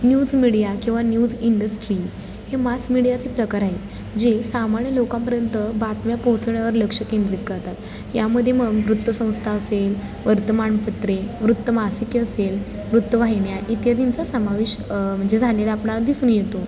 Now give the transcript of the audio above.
news media किंवा news industry हे mass मीडियाचे प्रकार आहेत जे सामान्य लोकांपर्यंत बातम्या पोहोचवण्यावर लक्ष केंद्रित करतात यामध्ये मग वृत्तसंस्था असेल वर्तमानपत्रे वृत्तमासिके असेल वृत्तवाहिन्या इत्यादींचा समावेश म्हणजे झालेला आपणाला दिसून येतो